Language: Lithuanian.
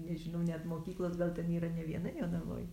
nežinau net mokyklos gal ten yra ne viena jonavoj